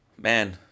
Man